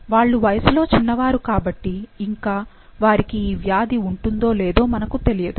వాళ్లు వయసులో చిన్నవారు కాబట్టి ఇంకా వారికీ ఈ వ్యాధి ఉంటుందో లేదో మనకు తెలియదు